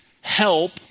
help